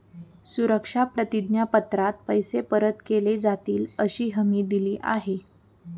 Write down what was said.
सुरक्षा प्रतिज्ञा पत्रात पैसे परत केले जातीलअशी हमी दिली आहे